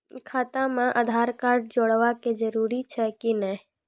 खाता म आधार कार्ड जोड़वा के जरूरी छै कि नैय?